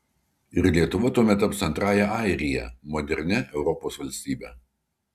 ir lietuva tuomet taps antrąja airija modernia europos valstybe